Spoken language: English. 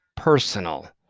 personal